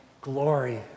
glory